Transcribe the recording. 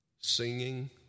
singing